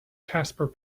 casper